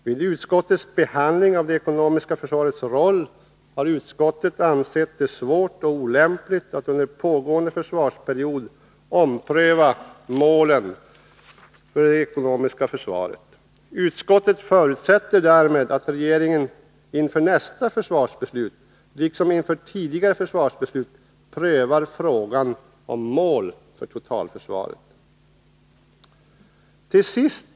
Vid utskottets behandling av det ekonomiska försvarets roll har utskottet ansett det svårt och olämpligt att under pågående försvarsperiod ompröva målen för det ekonomiska försva ret. Utskottet förutsätter därmed att regeringen inför nästa försvarsbeslut, liksom inför tidigare försvarsbeslut, prövar frågan om mål för totalförsvaret.